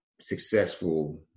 successful